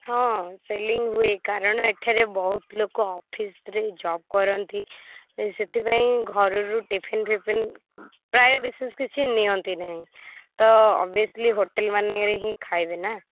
ହଁ ସେଲିଙ୍ଗ୍ ହୁଏ କାରଣ ଏଠାରେ ବହୁତ ଲୋକ ଅଫିସ୍ରେ ଯବ୍ କରନ୍ତି ସେଥିପାଇଁ ଘରୁରୁ ଟିଫିନ୍ ଫିଫିନ୍ ପ୍ରାୟ ବିଶେଷ କିଛି ନିଅନ୍ତି ନାହିଁ ତ ଓବିୟସ୍ଲି ହୋଟେଲ୍ମାନଙ୍କରେ ହିଁ ଖାଇବେ ନା